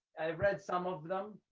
read some of them.